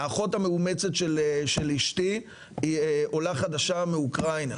האחות המאומצת של אשתי, היא עולה חדשה מאוקראינה.